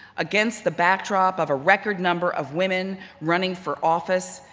against the backdrop of a record number of women running for office.